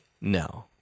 No